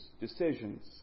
decisions